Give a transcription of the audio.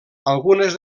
algunes